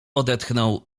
odetchnął